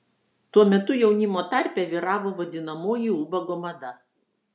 tuo metu jaunimo tarpe vyravo vadinamoji ubago mada